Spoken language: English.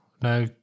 Now